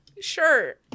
Sure